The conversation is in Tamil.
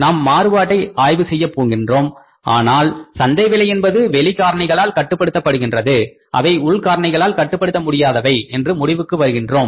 நாம் மாறுபாட்டை ஆய்வு செய்யப் போகின்றோம் ஆனால் சந்தை விலை என்பது வெளி காரணிகளால் கட்டுப்படுத்தப்படுகின்றது அவை உள் காரணிகளால் கட்டுப்படுத்த முடியாதவை என்று முடிவுக்கு வருவோம்